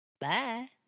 Bye